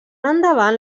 endavant